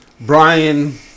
Brian